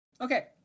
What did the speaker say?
Okay